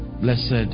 Blessed